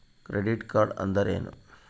Credit card ಅಂದ್ರೇನು?